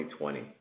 2020